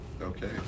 okay